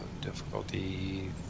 Difficulty